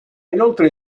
inoltre